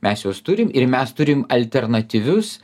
mes juos turim ir mes turim alternatyvius